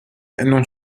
non